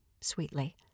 sweetly